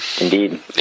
indeed